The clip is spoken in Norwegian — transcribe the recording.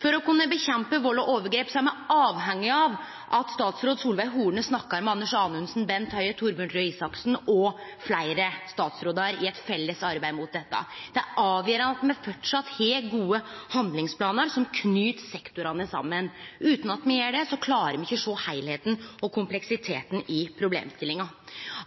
For å kunne kjempe mot vald og overgrep er me avhengige av at statsråd Solveig Horne snakkar med Anders Anundsen, Bent Høie, Torbjørn Røe Isaksen og fleire statsrådar i eit felles arbeid mot dette. Det er avgjerande at me framleis har gode handlingsplanar som knyter sektorane saman. Utan at me gjer det, klarar me ikkje sjå heilskapen og kompleksiteten i problemstillinga.